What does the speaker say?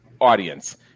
audience